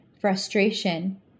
frustration